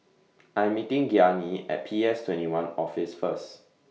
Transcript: I'm meeting Gianni At P S twenty one Office First